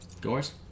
Doors